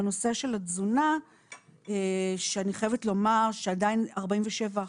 בנושא של התזונה שאני חייבת לומר שעדיין 47%,